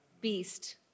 Beast